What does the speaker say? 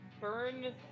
Burn